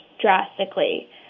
drastically